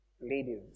ladies